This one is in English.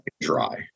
dry